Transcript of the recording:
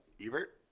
Ebert